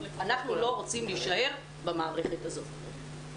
אנחנו לא רוצים להישאר במערכת הזאת.